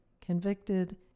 convicted